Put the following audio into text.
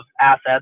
assets